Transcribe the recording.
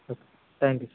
okay thank you